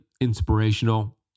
inspirational